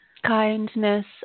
Kindness